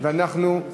ואנחנו,